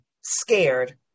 scared